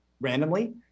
randomly